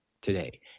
today